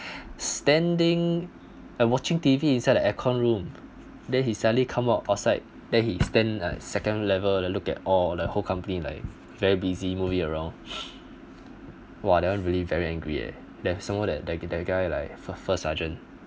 standing and watching T_V inside the air con room then he suddenly come out outside then he stand like second level then look at all the whole company like very busy moving around !wah! that one really very angry eh there's someone that that guy like for first sergeant